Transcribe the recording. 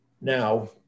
Now